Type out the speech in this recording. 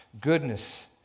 Goodness